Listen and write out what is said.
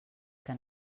que